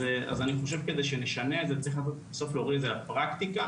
אז כדי שנשנה את זה, צריך להוריד מהפרקטיקה,